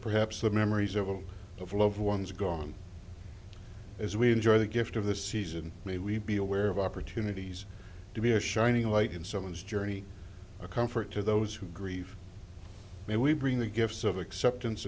perhaps the memories of all of loved ones gone as we enjoy the gift of the season may we be aware of opportunities to be a shining light in someone's journey a comfort to those who grieve and we bring the gifts of acceptance